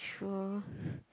sure